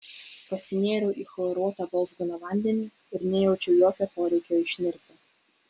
pasinėriau į chloruotą balzganą vandenį ir nejaučiau jokio poreikio išnirti